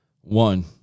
One